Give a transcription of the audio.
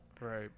Right